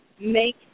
make